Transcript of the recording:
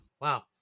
wow